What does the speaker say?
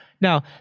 Now